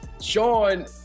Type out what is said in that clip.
Sean